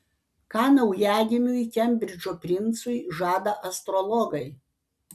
ką naujagimiui kembridžo princui žada astrologai